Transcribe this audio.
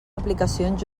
aplicacions